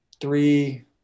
three